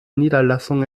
niederlassung